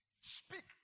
speak